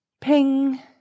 ping